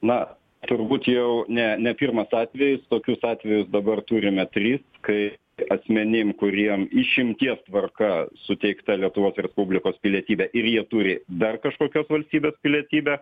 na turbūt jau ne ne pirmas atvejis tokius atvejus dabar turime tris kai asmenim kuriem išimties tvarka suteikta lietuvos respublikos pilietybė ir jie turi dar kažkokios valstybės pilietybę